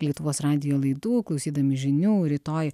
lietuvos radijo laidų klausydami žinių rytoj